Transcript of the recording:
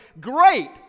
great